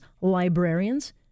librarians